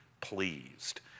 pleased